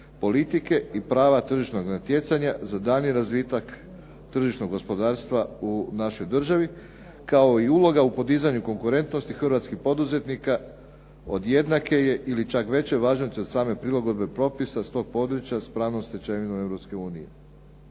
politike i prava tržišnog natjecanja za daljnji razvitak tržišnog gospodarstva u našoj državi kao i uloga u podizanju konkurentnosti hrvatskih poduzetnika od jednake je ili čak veće važnosti od same prilagodbe propisa s tog područja s pravnom stečevinom